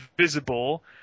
visible